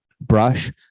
brush